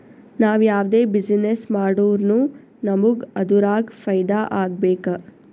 ನಾವ್ ಯಾವ್ದೇ ಬಿಸಿನ್ನೆಸ್ ಮಾಡುರ್ನು ನಮುಗ್ ಅದುರಾಗ್ ಫೈದಾ ಆಗ್ಬೇಕ